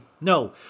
no